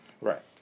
Right